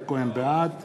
בעד